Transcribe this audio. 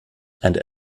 and